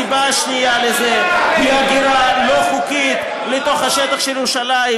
הסיבה השנייה לזה היא הגירה לא חוקית לתוך השטח של ירושלים,